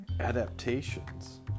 Adaptations